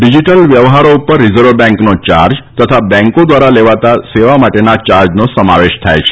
digital વ્યવહારો ઉપર reserve બેંકનો ચાર્જ તથા બેંકો દ્વારા લેવાતા સેવા માટેના યાર્જનો સમાવેશ થાય છે